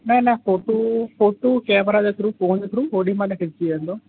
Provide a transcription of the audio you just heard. न न photo photo camera जे थ्रू फ़ोन जे थ्रू ओॾी महिल खिचजी वेंदो